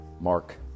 Mark